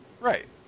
Right